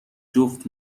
جفت